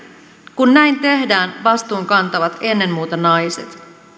kun näin tehdään vastuun kantavat ennen muuta naiset